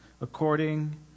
according